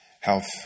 health